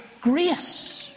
grace